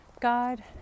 god